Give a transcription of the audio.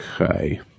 Okay